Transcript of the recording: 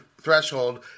Threshold